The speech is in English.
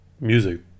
music